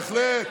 בהחלט.